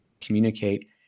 communicate